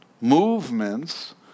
movements